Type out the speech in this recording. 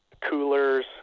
coolers